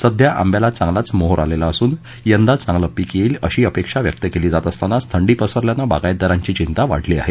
सध्या आंब्याला चांगलाच मोहर आलेला असून यंदा चांगलं पीक येईल अशी अपेक्षा व्यक्त केली जात असतानाच थंडी पसरल्यानं बागायतदारांची चिंता वाढली आहे